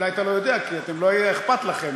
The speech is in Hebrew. אולי אתה לא יודע, כי לא היה אכפת לכם.